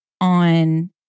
on